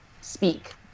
speak